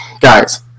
Guys